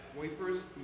wafers